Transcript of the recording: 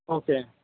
okay